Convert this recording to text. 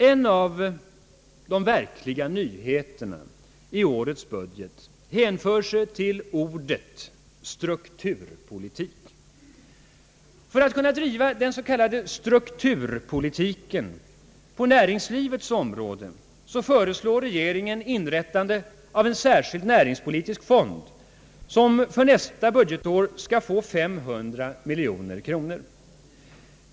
En av de verkliga nyheterna i årets budget hänför sig till ordet »strukturpolitik«. För att kunna driva den s.k. strukturpolitiken på näringslivets område föreslår regeringen inrättande av en särskild näringspolitisk fond, som för nästa budgetår skall få 500 miljoner kronor.